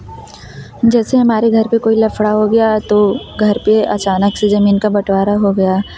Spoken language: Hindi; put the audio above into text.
जैसे हमारे घर पर कोई लफड़ा हो गया तो घर पर अचानक से ज़मीन का बटवारा हो गया